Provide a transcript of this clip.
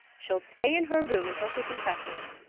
she'll stay in her room until she confesses,